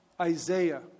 Isaiah